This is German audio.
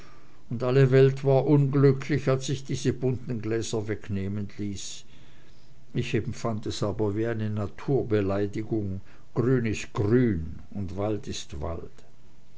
und alle welt hier war unglücklich als ich diese bunten gläser wegnehmen ließ ich empfand es aber wie ne naturbeleidigung grün ist grün und wald ist wald